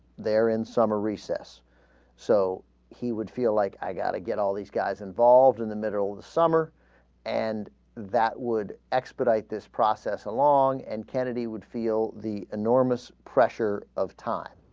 there in summer recess so he would feel like i gotta get all these guys involved in the middle of summer and that would expedite this process along and kennedy would feel the enormous pressure of time